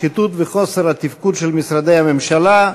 שחיתות וחוסר תפקוד של משרדי הממשלה.